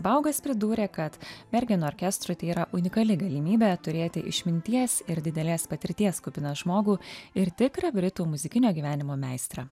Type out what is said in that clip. baugas pridūrė kad bergeno orkestrui tai yra unikali galimybė turėti išminties ir didelės patirties kupiną žmogų ir tikrą britų muzikinio gyvenimo meistrą